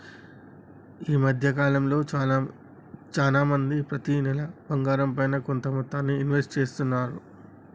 ఈ మద్దె కాలంలో చానా మంది ప్రతి నెలా బంగారంపైన కొంత మొత్తాన్ని ఇన్వెస్ట్ చేస్తున్నారు